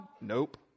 Nope